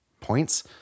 points